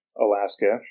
Alaska